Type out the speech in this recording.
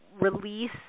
release